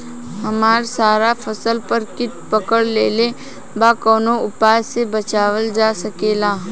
हमर सारा फसल पर कीट पकड़ लेले बा कवनो उपाय से बचावल जा सकेला?